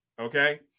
okay